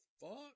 fuck